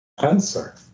answer